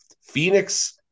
Phoenix